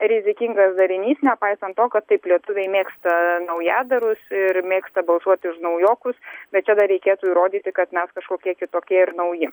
rizikingas darinys nepaisant to kad taip lietuviai mėgsta naujadarus ir mėgsta balsuoti už naujokus bet čia dar reikėtų įrodyti kad mes kažkokie kitokie ir nauji